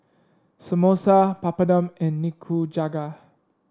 Samosa Papadum and Nikujaga